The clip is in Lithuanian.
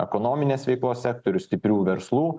ekonominės veiklos sektorių stiprių verslų